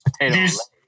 potatoes